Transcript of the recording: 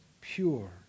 pure